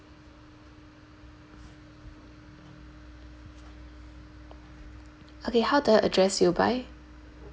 okay how do I address you by